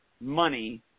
money